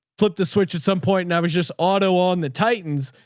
flip the switch at some point and i was just auto on the titans.